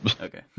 Okay